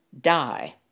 die